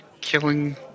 Killing